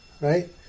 right